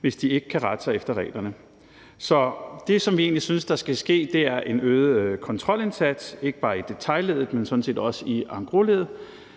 hvis de ikke kan finde ud af at rette sig efter reglerne. Det, vi egentlig synes skal ske, er en øget kontrolindsats, ikke bare i detailleddet, men sådan set